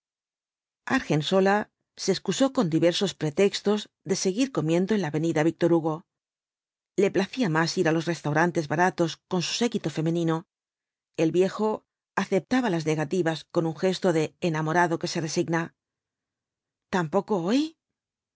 argensola se excusó con diversos pretextos de seguir comiendo en la avenida víctor hugo le placía más ir á los restaurants baratos con su séquito femenino el viejo aceptaba las negativas con un gesto de enamorado que se resigna tampoco hoy y